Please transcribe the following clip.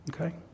okay